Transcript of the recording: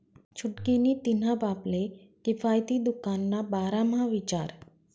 छुटकी नी तिन्हा बापले किफायती दुकान ना बारा म्हा विचार